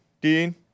Dean